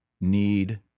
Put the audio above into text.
need